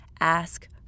Ask